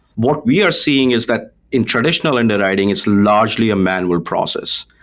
what we are seeing is that in traditional underwriting, it's largely a manual process.